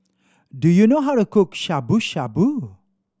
do you know how to cook Shabu Shabu